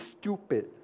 stupid